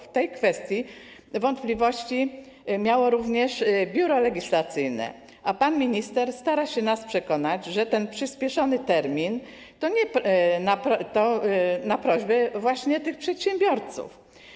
W tej kwestii wątpliwości miało również Biuro Legislacyjne, a pan minister stara się nas przekonać, że ten przyspieszony termin to na prośbę właśnie tych przedsiębiorców.